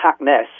Hackness